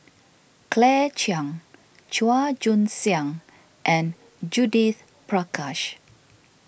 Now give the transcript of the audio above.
Claire Chiang Chua Joon Siang and Judith Prakash